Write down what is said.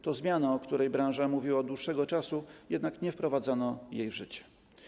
To zmiana, o której branża mówiła od dłuższego czasu, jednak nie wprowadzano jej w życie.